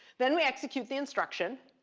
then we execute the instruction.